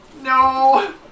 No